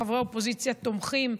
וחברי האופוזיציה תומכים,